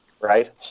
right